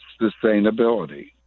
sustainability